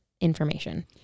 information